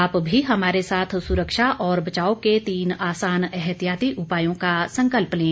आप भी हमारे साथ सुरक्षा और बचाव के तीन आसान एहतियाती उपायों का संकल्प लें